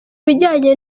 bijyanye